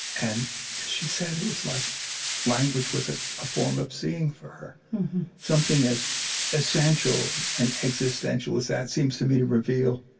and as she said, it was like language was ah a form of seeing, for her. and something as essential and and existential as that seems, to me, to reveal